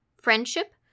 friendship